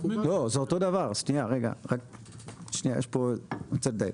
אני רוצה לדייק.